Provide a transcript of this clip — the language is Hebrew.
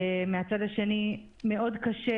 אבל מאוד קשה